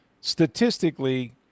statistically